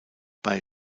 bei